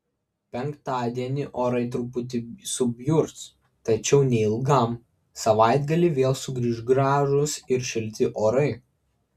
penktadienį orai truputį subjurs tačiau neilgam savaitgalį vėl sugrįš gražūs ir šilti orai